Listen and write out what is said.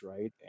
right